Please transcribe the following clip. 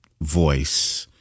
voice